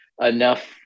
enough